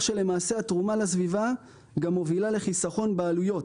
שלמעשה התרומה לסביבה מובילה לחיסכון בעלויות.